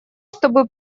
чтобы